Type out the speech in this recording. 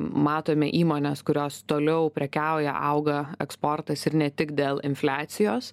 matome įmones kurios toliau prekiauja auga eksportas ir ne tik dėl infliacijos